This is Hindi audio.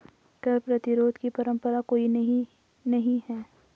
कर प्रतिरोध की परंपरा कोई नई नहीं है